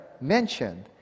mentioned